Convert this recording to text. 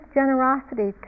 generosity